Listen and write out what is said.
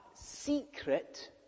secret